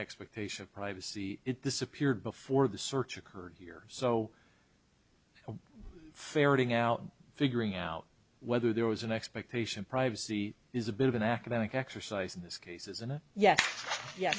expectation of privacy it disappeared before the search occurred here so ferreting out figuring out whether there was an expectation of privacy is a bit of an academic exercise in this case isn't it yes ye